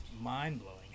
mind-blowing